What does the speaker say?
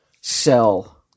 sell